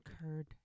occurred